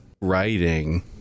writing